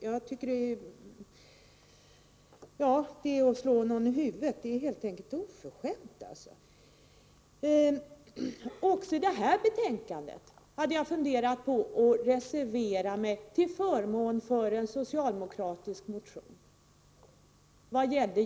Det är att slå någon i huvudet — det är helt enkelt oförskämt. Jag funderade på att också i detta betänkande reservera mig vad gällde just regionaliseringen till förmån för en socialdemokratisk motion.